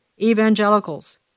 evangelicals